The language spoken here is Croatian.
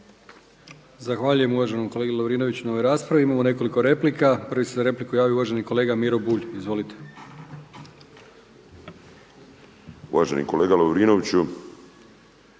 Zahvaljujem uvaženom kolegi Lovrinoviću na ovoj raspravi. Imamo nekoliko replika. Prvi se za repliku javio uvaženi kolega Miro Bulj. Izvolite. **Bulj, Miro